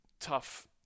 tough